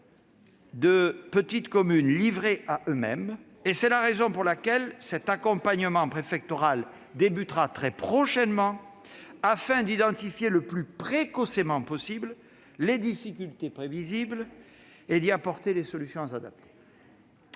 des petites communes livrés à eux-mêmes : dès lors, l'accompagnement préfectoral commencera très prochainement, en vue d'identifier le plus précocement possible les difficultés prévisibles et d'y apporter des solutions adaptées.